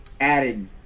added